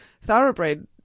thoroughbred